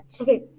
Okay